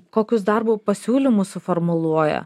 kokius darbo pasiūlymus suformuluoja